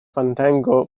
fandango